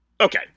Okay